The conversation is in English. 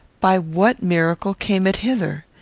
by what miracle came it hither?